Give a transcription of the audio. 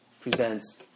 presents